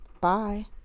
Bye